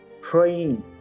praying